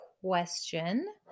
question